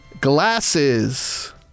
glasses